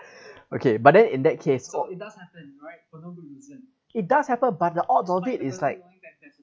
okay but then in that case it does happen but the odds of it is like